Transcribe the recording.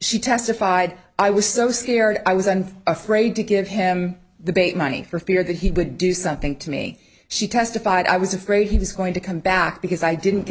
she testified i was so scared i was and afraid to give him the bait money for fear that he would do something to me she testified i was afraid he was going to come back because i didn't